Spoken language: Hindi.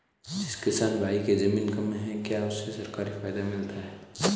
जिस किसान भाई के ज़मीन कम है क्या उसे सरकारी फायदा मिलता है?